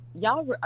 Y'all